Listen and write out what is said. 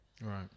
Right